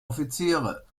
offiziere